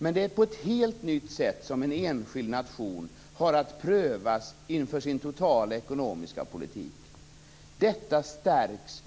En enskild nation har att prövas inför sin totala ekonomiska politik på ett helt nytt sätt. Detta stärks